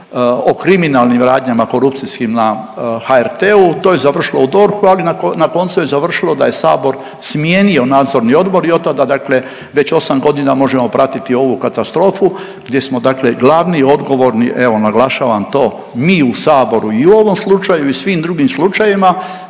o kriminalnim radnjama korupcijskim na HRT-u. To je završilo u DORH-u ali na koncu je završilo da je sabor smijenio nadzorni odbor i od tada dakle već 8 godina možemo pratiti ovu katastrofu gdje smo dakle glavni i odgovorni evo naglašavam to mi u saboru i u ovom slučaju i svim drugim slučajevima